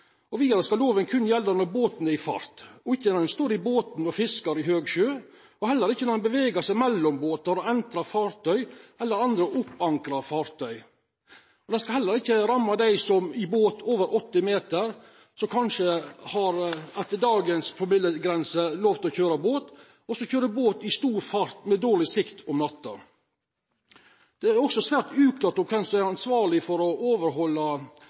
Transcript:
Vidare skal loven berre gjelda når båten er i fart, og ikkje når ein står i båten og fiskar i høg sjø, og heller ikkje når ein beveger seg mellom båtar og entrar fartøy eller andre oppankra fartøy. Loven skal heller ikkje ramma dei som i ein båt på over 8 meter – som etter dagens promillegrense kanskje har lov til å køyra båt – køyrer i stor fart i dårleg sikt om natta. Det er også svært uklart kven som er ansvarleg for å overhalda